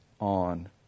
on